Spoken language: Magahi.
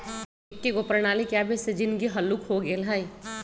एकेगो प्रणाली के आबे से जीनगी हल्लुक हो गेल हइ